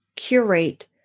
curate